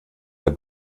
der